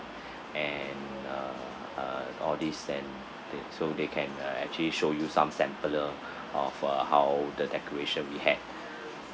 and uh uh all these and they so they can uh actually show you some sampler of uh how the decoration we have